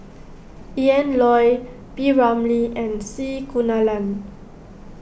Ian Loy P Ramlee and C Kunalan